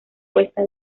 cuesta